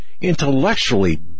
intellectually